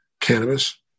cannabis